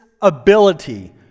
ability